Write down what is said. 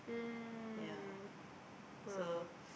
mm !wah!